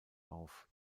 auf